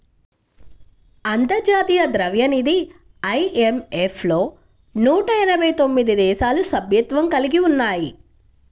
అంతర్జాతీయ ద్రవ్యనిధి ఐ.ఎం.ఎఫ్ లో నూట ఎనభై తొమ్మిది దేశాలు సభ్యత్వం కలిగి ఉన్నాయి